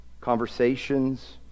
conversations